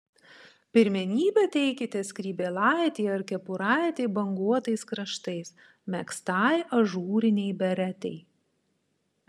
pirmenybę teikite skrybėlaitei ar kepuraitei banguotais kraštais megztai ažūrinei beretei